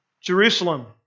Jerusalem